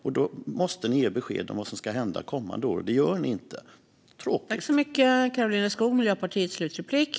Därför måste ni ge besked om vad som ska hända kommande år, och det gör ni inte. Det är tråkigt.